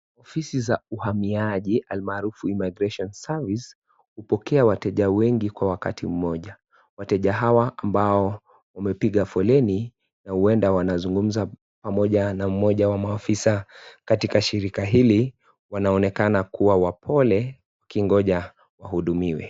Ofisi za uhamiaji almaharufu immigration service hupokea wateja wengi kwa wakati mmoja, wateja hawa ambao wamepiga foleni na huenda wanazungumza pamoja na mmoja wa maafisa katika shirika hili wanaonekana kuwa wapole wakingoja wahudumiwe.